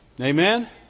Amen